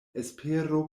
espero